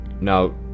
Now